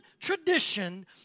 tradition